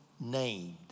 named